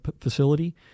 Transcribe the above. facility